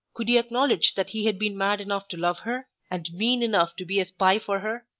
could he acknowledge that he had been mad enough to love her, and mean enough to be a spy for her?